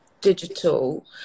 digital